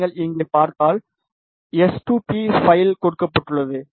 நீங்கள் இங்கே பார்த்தால் எஸ்2பி பைல் கொடுக்கப்பட்டுள்ளது